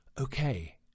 okay